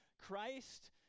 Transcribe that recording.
Christ